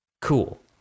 Cool